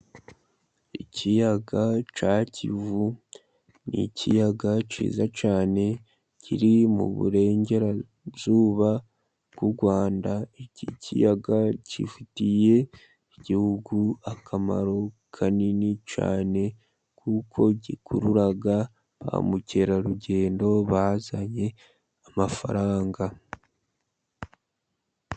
Ikiyaga cya Kivu ni ikiyaga cyiza cyane kiri mu Burengerazuba bw'u Rwanda. Iki kiyaga gifitiye igihugu akamaro kanini cyane, kuko gikurura ba mukerarugendo bazanye amafaranga.